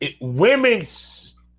women's